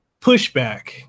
pushback